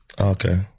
Okay